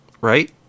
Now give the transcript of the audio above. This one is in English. right